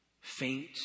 faint